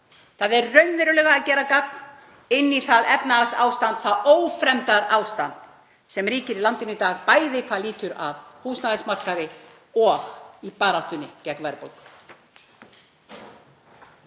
Það er raunverulega að gera gagn inn í það efnahagsástand, það ófremdarástand sem ríkir í landinu í dag, bæði hvað lýtur að húsnæðismarkaði og í baráttunni gegn verðbólgu.